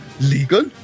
legal